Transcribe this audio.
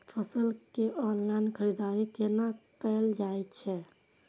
फसल के ऑनलाइन खरीददारी केना कायल जाय छै?